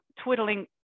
twiddling